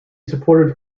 supported